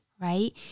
right